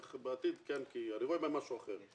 בעתיד כן כי אני רואה בהם משהו אחר.